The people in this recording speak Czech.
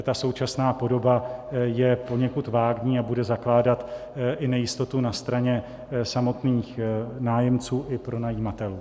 Ta současná podoba je poněkud vágní a bude zakládat i nejistotu na straně samotných nájemců i pronajímatelů.